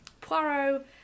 Poirot